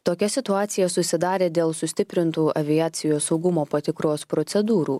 tokia situacija susidarė dėl sustiprintų aviacijos saugumo patikros procedūrų